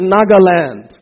Nagaland